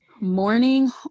Morning